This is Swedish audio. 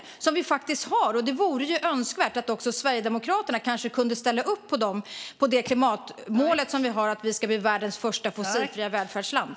Det har vi faktiskt, och det vore önskvärt att också Sverigedemokraterna kunde ställa upp på klimatmålet att vi ska bli världens första fossilfria välfärdsland.